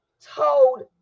told